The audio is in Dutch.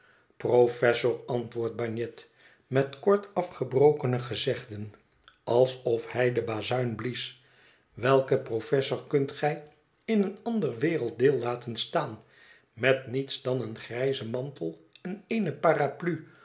professor antwoordt bagnet met kort afgebrokene gezegden alsof hij de bazuin blies welk professor kunt gij in een ander werelddeel laten staan met niets dan een grijzen mantel en eene paraplu